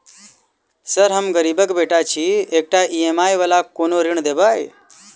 Sir हम गरीबक बेटा छी एकटा ई.एम.आई वला कोनो ऋण देबै?